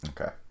Okay